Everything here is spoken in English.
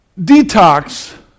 Detox